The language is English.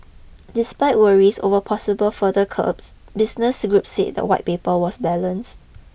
despite worries over possible further curbs business groups said the white paper was balanced